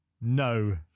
no